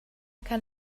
kann